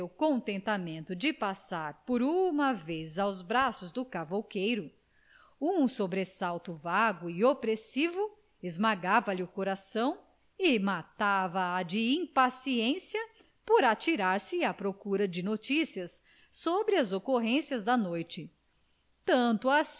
contentamento de passar por uma vez aos braços do cavouqueiro um sobressalto vago e opressivo esmagava lhe o coração e matava a de impaciência por atirar-se à procura de noticias sobre as ocorrências da noite tanto